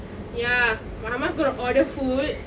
ya my ah அம்மா:amma is gonna order food